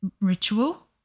ritual